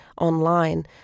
online